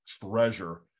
treasure